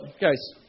guys